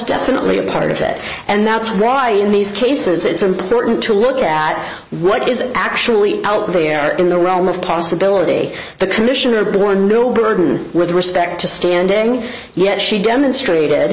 definitely a part of it and that's why in these cases it's important to look at what is actually out there in the realm of possibility the commissioner bore no burden with respect to standing yet she demonstrated